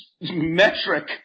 metric